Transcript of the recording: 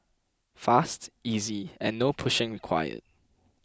fast easy and no pushing required